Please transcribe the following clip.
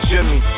Jimmy